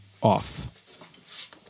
off